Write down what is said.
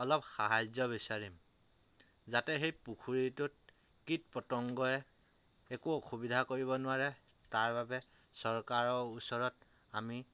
অলপ সাহায্য বিচাৰিম যাতে সেই পুখুৰীটোত কীট পতংগই একো অসুবিধা কৰিব নোৱাৰে তাৰ বাবে চৰকাৰৰ ওচৰত আমি